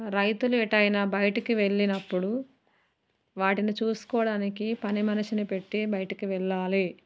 రైతులు ఎటు అయినా బయటికి వెళ్ళినప్పుడు వాటిని చూసుకోవడానికి పని మనిషిని పెట్టి బయటికి వెళ్ళాలి